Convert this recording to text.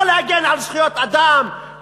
לא להגן על זכויות אדם,